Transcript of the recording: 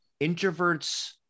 introverts